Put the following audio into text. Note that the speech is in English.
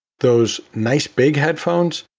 those nice big headphones,